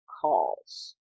calls